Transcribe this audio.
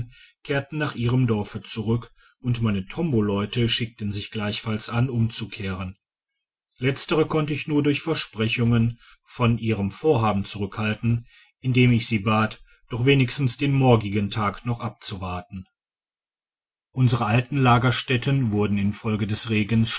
kehrten nach ihrem dorfe zurück und meine tomboleute schickten sich gleichfalls an umzukehren letztere konnte ich nur durch versprechungen von ihrem vorhaben zurückhalten indem ich sie bat doch wenigstens den morgigen tag noch abzuwarten digitized by google j unsere alten lagerstätten wurden infolge des regens